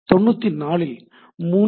94 இல் 3